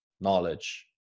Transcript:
knowledge